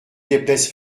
déplaise